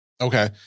Okay